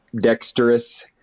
dexterous